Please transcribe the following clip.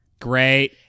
Great